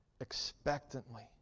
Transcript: expectantly